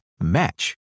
match